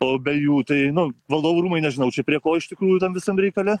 o be jų tai nu valdovų rūmai nežinau čia prie ko iš tikrųjų tam visam reikale